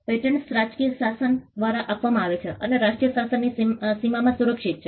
patents રાષ્ટ્રીય શાસન દ્વારા આપવામાં આવે છે અને રાષ્ટ્રીય શાસનની સીમામાં સુરક્ષિત છે